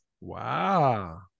Wow